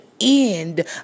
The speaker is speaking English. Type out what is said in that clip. end